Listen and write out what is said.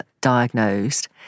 diagnosed